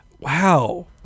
Wow